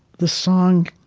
the song